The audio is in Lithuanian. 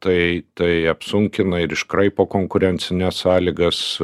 tai tai apsunkina ir iškraipo konkurencines sąlygas